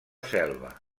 selva